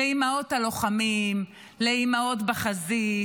לאימהות הלוחמים, לאימהות בחזית,